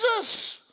Jesus